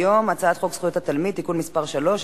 הצעת חוק זכויות התלמיד (תיקון מס' 3),